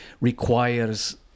requires